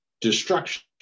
destruction